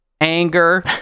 anger